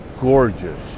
gorgeous